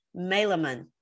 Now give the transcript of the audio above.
malaman